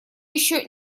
еще